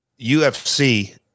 UFC